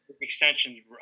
Extensions